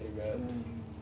Amen